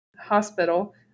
Hospital